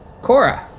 Cora